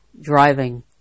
driving